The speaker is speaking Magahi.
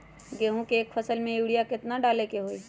गेंहू के एक फसल में यूरिया केतना डाले के होई?